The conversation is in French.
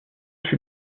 fut